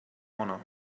honor